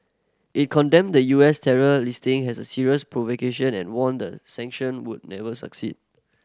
it condemned the U S terror listing as a serious provocation and warned that sanction would never succeed